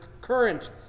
current